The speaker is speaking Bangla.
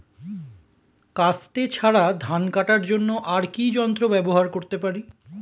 কাস্তে ছাড়া ধান কাটার জন্য আর কি যন্ত্র ব্যবহার করতে পারি?